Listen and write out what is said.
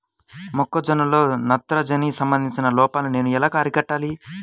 మొక్క జొన్నలో నత్రజని సంబంధిత లోపాన్ని నేను ఎలా అరికట్టాలి?